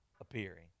appearing